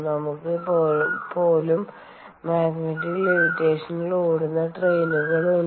നമുക്ക് പോലും മാഗ്നറ്റിക് ലെവിറ്റേഷനിൽ ഓടുന്ന ട്രെയിനുകൾ ഉണ്ട്